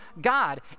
God